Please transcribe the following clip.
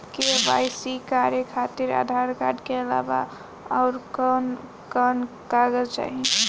KYC करे खातिर Aadhaar card के अलावा आउरकवन कवन कागज चाहीं?